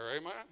amen